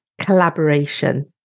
collaboration